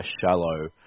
shallow